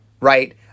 right